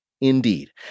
Indeed